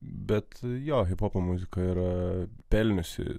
bet jo hiphopo muzika yra pelniusi